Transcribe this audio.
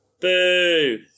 Boo